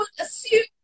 assume